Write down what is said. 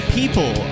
people